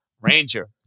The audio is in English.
Ranger